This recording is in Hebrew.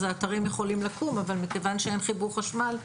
אז האתרים יכולים לקום אבל מכיוון שאין חיבור חשמל,